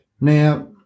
Now